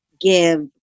give